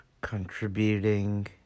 contributing